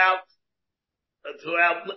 throughout